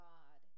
God